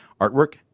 artwork